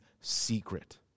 secret